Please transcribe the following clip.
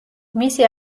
მისი